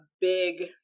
big